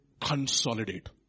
consolidate